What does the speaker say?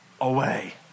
away